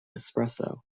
espresso